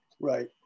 Right